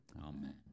Amen